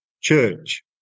church